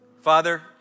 Father